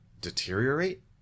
deteriorate